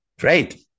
great